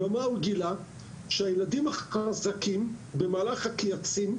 הוא גילה שהילדים החזקים במהלך הקייצים,